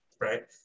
right